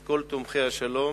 את כל תומכי השלום,